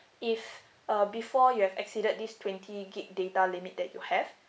if uh before you have exceeded this twenty gigabyte data limit that you have